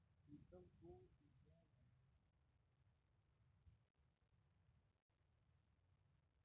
प्रीतम, तू तुझ्या वांग्याच शेताची कापणी बरोबर दोन महिन्यांनंतर करून घेशील